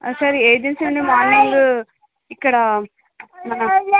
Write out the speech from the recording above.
sir agency నుండి morning ఇక్కడ మన